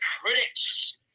critics